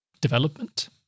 development